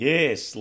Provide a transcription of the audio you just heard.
Yes